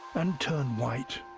and turn white.